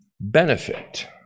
benefit